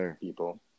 people